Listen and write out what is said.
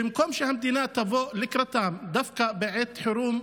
במקום שהמדינה תבוא לקראתם, דווקא בעת חירום,